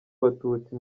batutsi